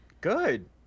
good